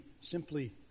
simply